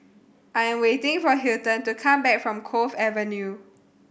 I am waiting for Hilton to come back from Cove Avenue